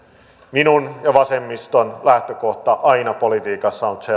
minun ja vasemmiston lähtökohta politiikassa on aina